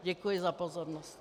Děkuji za pozornost.